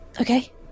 Okay